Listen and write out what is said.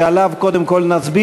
שעליה נצביע קודם כול,